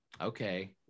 okay